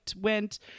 went